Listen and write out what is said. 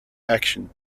action